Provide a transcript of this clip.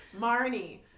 Marnie